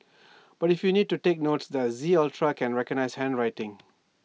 but if you need to take notes the Z ultra can recognise handwriting